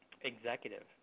executive